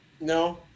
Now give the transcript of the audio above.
No